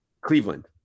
Cleveland